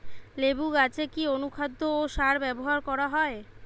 লেবু গাছে কি অনুখাদ্য ও সার ব্যবহার করা হয়?